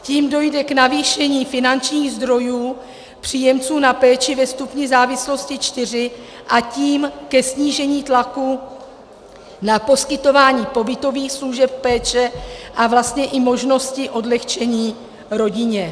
Tím dojde k navýšení finančních zdrojů příjemců na péči ve stupni závislosti IV, a tím ke snížení tlaku na poskytování pobytových služeb péče a vlastně i možnosti odlehčení rodině.